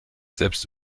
selbst